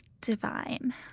divine